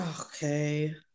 Okay